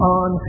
on